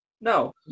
No